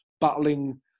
battling